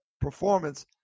performance